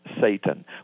Satan